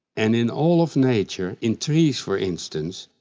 and in all of nature, in trees for instance,